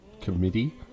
committee